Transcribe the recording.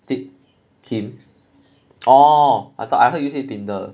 theme theme orh I thought I heard you say Tinder